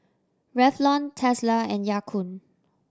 Revlon Tesla and Ya Kun